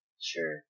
Sure